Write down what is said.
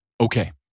Okay